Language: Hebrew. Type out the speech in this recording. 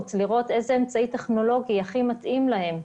ולראות איזה אמצעי טכנולוגי מתאים להם.